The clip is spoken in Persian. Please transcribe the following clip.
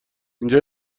اینجا